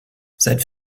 seit